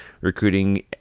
recruiting